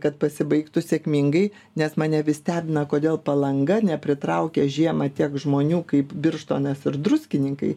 kad pasibaigtų sėkmingai nes mane vis stebina kodėl palanga nepritraukia žiemą tiek žmonių kaip birštonas ir druskininkai